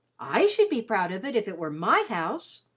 i should be proud of it if it were my house.